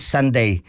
Sunday